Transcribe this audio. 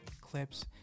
clips